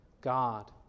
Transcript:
God